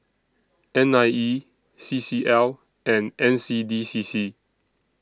N I E C C L and N C D C C